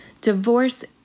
Divorce